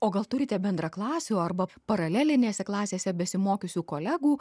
o gal turite bendraklasių arba paralelinėse klasėse besimokiusių kolegų